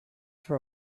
for